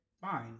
fine